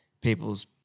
People's